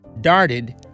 darted